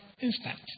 instant